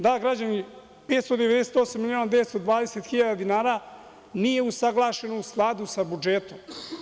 Da, građani, 598 miliona 920 hiljada dinara nije usaglašeno u skladu sa budžetom.